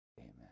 amen